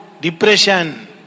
Depression